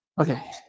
okay